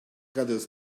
gathers